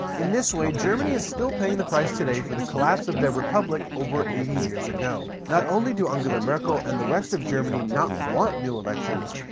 in this way, germany is still paying the price today for the collapse of their republic over eighty years ago. not only do angela merkel and the rest of germany not want new elections,